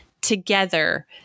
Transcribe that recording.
together